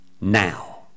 now